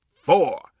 four